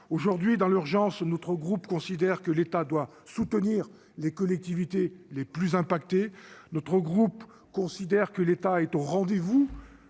aujourd'hui dans l'urgence, notre groupe considère que l'État doit soutenir les collectivités les plus impactés notre groupe considère que l'État est au rendez-vous